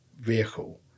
vehicle